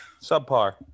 Subpar